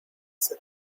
said